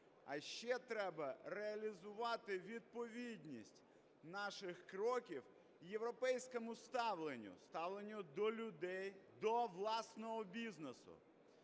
а ще треба реалізувати відповідність наших кроків європейському ставленню, ставленню до людей, до власного бізнесу.